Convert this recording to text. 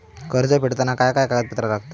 कर्ज फेडताना काय काय कागदपत्रा लागतात?